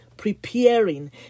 preparing